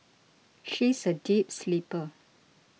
she is a deep sleeper